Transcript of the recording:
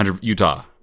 Utah